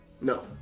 no